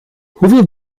hoeveel